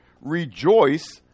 Rejoice